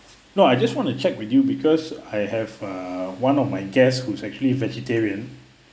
no I just want to check with you because I have err one of my guests who's actually vegetarian